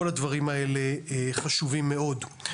כל הדברים האלה חשובים מאוד.